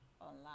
online